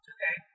Okay